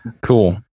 cool